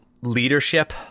leadership